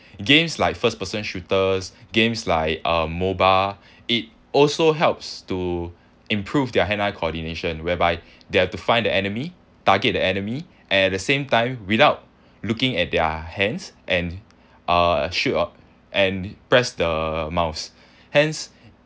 games like first person shooters games like uh M_O_B_A it also helps to improve their hand eye coordination whereby they have to find the enemy target the enemy at the same time without looking at their hands and uh shoot a and press the mouse hence